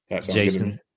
Jason